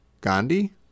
gandhi